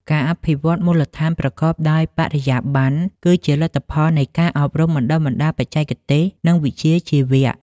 ការអភិវឌ្ឍមូលដ្ឋានប្រកបដោយបរិយាបន្ន គឺជាលទ្ធផលនៃការអប់រំបណ្ដុះបណ្ដាលបច្ចេកទេស និងវិជ្ជាជីវៈ។